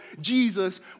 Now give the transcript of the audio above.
Jesus